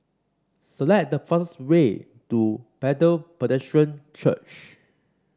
select the fastest way to Bethel Church